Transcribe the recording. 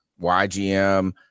YGM